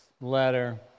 letter